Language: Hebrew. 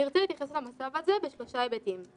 אני ארצה להתייחס למצב הזה בשלושה היבטים.